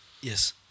Yes